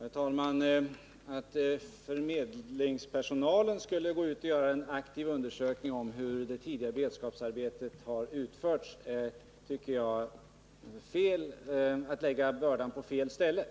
Herr talman! Att förmedlingspersonalen skulle gå ut och göra en aktiv undersökning av hur tidigare beredskapsarbeten utförts tycker jag är att lägga bördan på fel ställe.